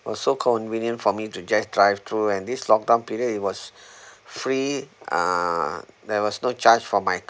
also convenient for me to just drive through and this lockdown period it was free uh there was no charge for my